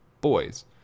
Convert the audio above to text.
boys